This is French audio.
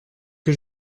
que